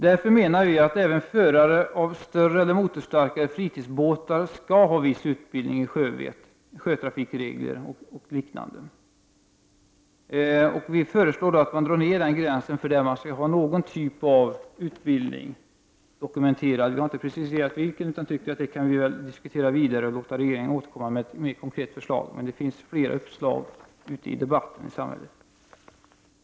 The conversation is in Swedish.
Vi menar därför att även förare av större eller motorstarkare fritidsbåtar skall ha viss utbildning i sjövett, sjötrafikregler m.m. Vi föreslår att man drar ner gränsen för båtar som fordrar någon typ av dokumenterad utbildning. Vi har inte preciserat detta utan tycker att det kan diskuteras vidare, och så kan regeringen återkomma med ett mera konkret förslag. Det finns flera uppslag i debatten ute i samhället.